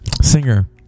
Singer